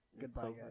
Goodbye